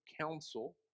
counsel